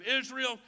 Israel